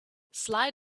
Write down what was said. slide